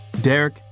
Derek